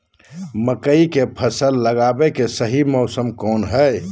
मकई के फसल लगावे के सही मौसम कौन हाय?